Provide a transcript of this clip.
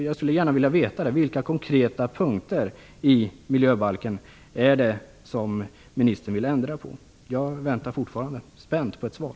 Jag skulle gärna vilja veta mer konkret vad ministern vill ändra på i miljöbalken. Jag väntar fortfarande spänt på ett svar.